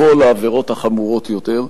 הן המבוא לעבירות החמורות יותר,